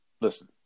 listen